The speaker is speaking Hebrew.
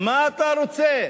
מה אתה רוצה?